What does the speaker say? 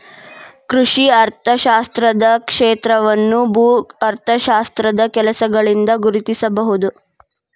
ಕೃಷಿ ಅರ್ಥಶಾಸ್ತ್ರದ ಕ್ಷೇತ್ರವನ್ನು ಭೂ ಅರ್ಥಶಾಸ್ತ್ರದ ಕೆಲಸಗಳಿಂದ ಗುರುತಿಸಬಹುದು